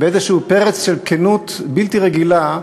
בפרץ כלשהו של כנות בלתי רגילה,